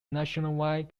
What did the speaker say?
nationwide